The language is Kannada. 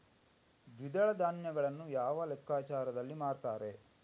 ದ್ವಿದಳ ಧಾನ್ಯಗಳನ್ನು ಯಾವ ಲೆಕ್ಕಾಚಾರದಲ್ಲಿ ಮಾರ್ತಾರೆ?